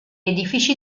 edifici